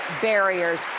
barriers